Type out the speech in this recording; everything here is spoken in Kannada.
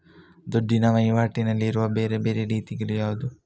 ದುಡ್ಡಿನ ವಹಿವಾಟಿನಲ್ಲಿರುವ ಬೇರೆ ಬೇರೆ ರೀತಿಗಳು ಯಾವುದು?